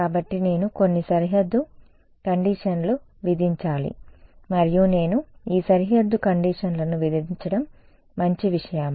కాబట్టి నేను కొన్ని సరిహద్దు షరతులు విధించాలి మరియు నేను ఈ సరిహద్దు షరతులను విధించడం మంచి విషయమా